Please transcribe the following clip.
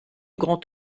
grand